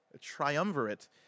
Triumvirate